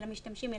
על המשתמשים,